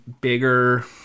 bigger